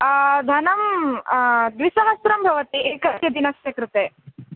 धनं द्विसहस्रं भवति एकस्य दिनस्य कृते